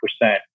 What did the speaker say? percent